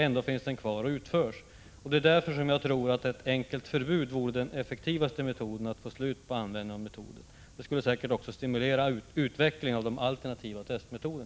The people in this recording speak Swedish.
Ändå finns metoden kvar och test utförs. Det är därför jag tror att ett enkelt förbud vore det effektivaste för att få slut på användningen av metoden. Det skulle säkert också stimulera utvecklingen av alternativa testmetoder.